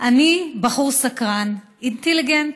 אני בחור סקרן, אינטליגנטי.